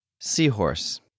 Seahorse